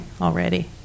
already